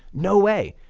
no way.